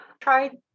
tried